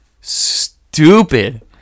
stupid